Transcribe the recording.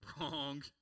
Wrong